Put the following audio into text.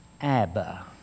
Abba